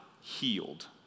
healed